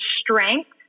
strength